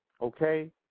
Okay